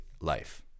life